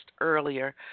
earlier